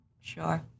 Sure